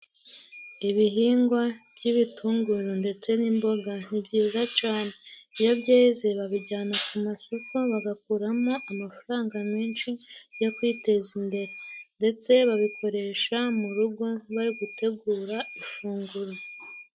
Ibihingwa by'ibitunguru ndetse n'imboga ni byiza cane, iyo byeze babijyana ku masoko, bagakuramo amafaranga menshi yo kwiteza imbere, ndetse babikoresha mu rugo bari gutegura ifunguro.